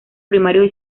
primarios